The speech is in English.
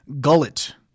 gullet